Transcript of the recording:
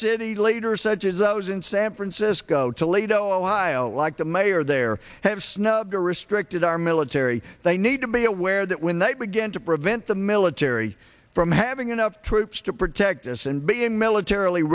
city later such as those in san francisco to ledo while like the mayor there have snubbed or restricted our military they need to be aware that when they began to prevent the military from having enough troops to protect us and being militarily